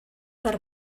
per